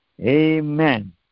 Amen